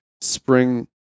spring